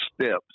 steps